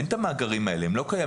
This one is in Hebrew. אין את המאגרים האלה, הם לא קיימים.